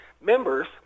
members